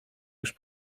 już